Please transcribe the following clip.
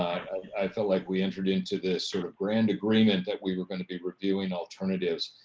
i felt like we entered into this sort of grand agreement that we were going to be reviewing alternatives,